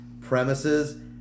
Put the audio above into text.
premises